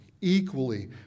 equally